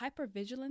hypervigilance